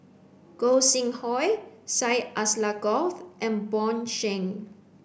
Gog Sing Hooi Syed Alsagoff and Bjorn Shen